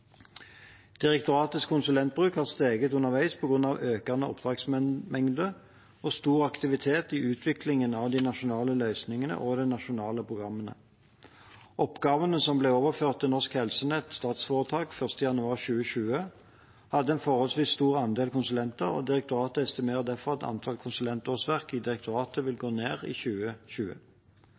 Direktoratets konsulentbruk har steget underveis på grunn av økende oppdragsmengde og stor aktivitet i utviklingen av de nasjonale løsningene og de nasjonale programmene. Oppgavene som ble overført til Norsk Helsenett SF 1. januar 2020, hadde en forholdsvis stor andel konsulenter, og direktoratet estimerer derfor at antall konsulentårsverk i direktoratet vil gå ned i 2020.